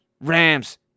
Rams